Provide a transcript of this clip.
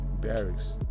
barracks